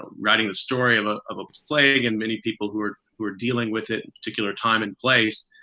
writing the story of ah of a plague and many people who are who are dealing with it particular time and place.